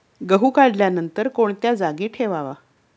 गहू काढल्यानंतर कोणत्या जागी ठेवावा?